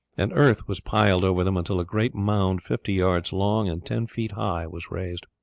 and earth was piled over them until a great mound fifty yards long and ten feet high was raised.